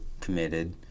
committed